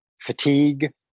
Fatigue